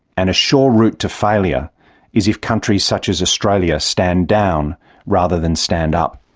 and a sure route to failure is if countries such as australia stand down rather than stand up.